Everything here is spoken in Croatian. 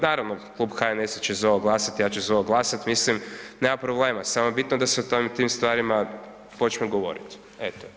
Naravno, klub HNS-a će za ovo glasat, ja ću za ovo glasat, mislim, nema problema, samo je bitno da se o tim stvarima počne govoriti, eto.